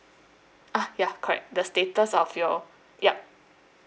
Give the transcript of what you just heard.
ah ya correct the status of your yup